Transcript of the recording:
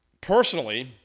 personally